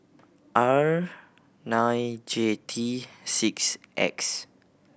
R nine J T six X